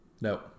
No